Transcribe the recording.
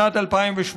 שנת 2018,